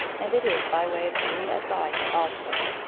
and it is by way of being advice also.